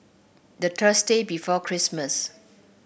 the Thursday before Christmas